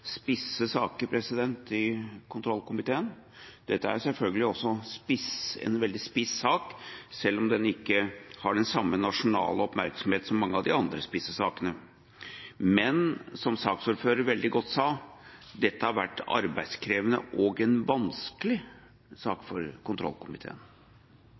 spisse saker i kontrollkomiteen. Dette er selvfølgelig også en veldig spiss sak, selv om den ikke har den samme nasjonale oppmerksomhet som mange av de andre spisse sakene. Men som saksordføreren veldig godt sa, har dette vært en arbeidskrevende og vanskelig sak for kontrollkomiteen.